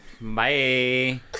Bye